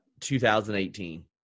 2018